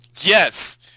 Yes